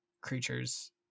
creatures